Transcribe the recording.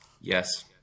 yes